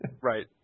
Right